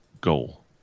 goal